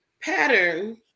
pattern